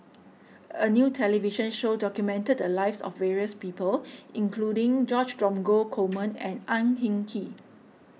a new television show documented the lives of various people including George Dromgold Coleman and Ang Hin Kee